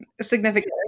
significantly